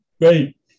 Great